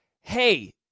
hey